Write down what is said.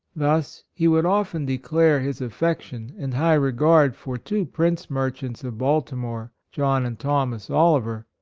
thus he would often declare his affection and high regard for two prince-merchants of baltimore, john and thomas oli ver,